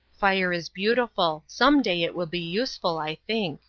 fire is beautiful some day it will be useful, i think.